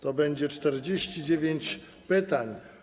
To będzie 49 pytań.